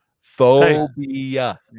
Phobia